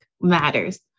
matters